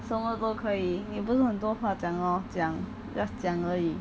什么都可以你不是很多话 lor 讲 just 讲而已